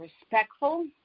respectful